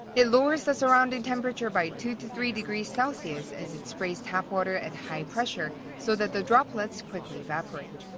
it lowers the surrounding temperature by two to three degrees celsius as it sprays tap water at high pressure, so that the droplets quickly evaporate.